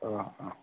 অঁ অঁ